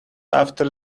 after